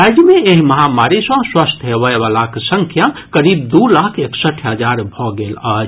राज्य मे एहि महामारी सँ स्वस्थ होबय वलाक संख्या करीब दू लाख एकसठि हजार भऽ गेल अछि